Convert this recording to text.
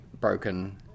broken